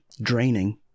draining